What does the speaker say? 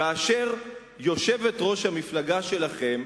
כאשר יושבת-ראש המפלגה שלכם,